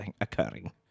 occurring